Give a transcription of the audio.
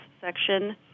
section